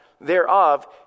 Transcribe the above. thereof